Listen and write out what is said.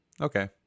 Okay